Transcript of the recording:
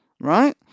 right